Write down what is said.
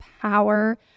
power